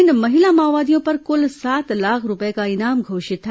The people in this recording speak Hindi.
इन महिला माओवादियों पर कुल सात लाख रूपए का इनाम घोषित था